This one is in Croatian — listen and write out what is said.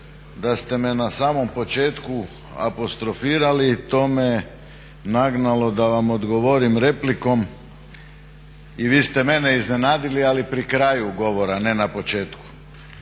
da ste me na samom početku apostrofirali to me nagnalo da vam odgovorim replikom i vi ste mene iznenadili ali pri kraju govora ne na početku.